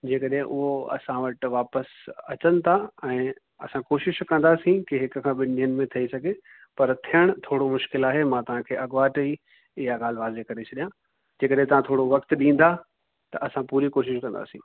जीअं कॾहिं उहो असां वटि वापसि अचनि था ऐं असां कोशिशि कंदासीं की हिकु खां ॿिनि ॾींहंनि में थी सघे पर थियणु थोरो मुश्किल आहे मां तव्हांखे अॻु ते ई इहा ॻाल्हि वारे करे छॾिया जे कॾहिं तव्हां थोरो वक़्तु ॾींदा त असां पूरी कोशिशि कंदासीं